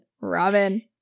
robin